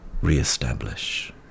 re-establish